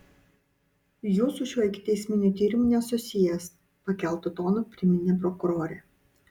jūs su šiuo ikiteisminiu tyrimu nesusijęs pakeltu tonu priminė prokurorė